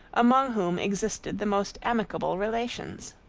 among whom existed the most amicable relations.